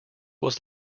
was